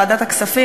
בוועדת הכספים,